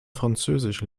französisch